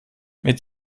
mit